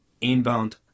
inbound